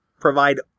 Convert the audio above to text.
provide